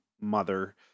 mother